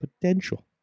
potential